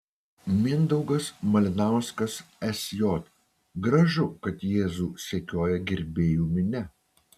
mindaugas malinauskas sj gražu kad jėzų sekioja gerbėjų minia